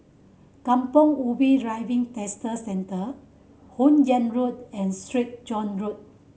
Kampong Ubi Driving Test Centre Hun Yeang Road and Sreet John Road